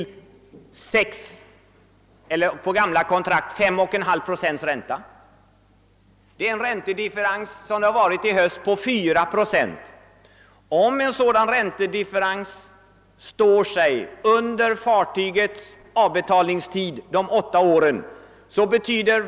Det innebär en räntedifferens på 3—4 procent. Om en sådan differens står sig under fartygets avbetalningstid på åtta år, betyder det högre kostnader för varven.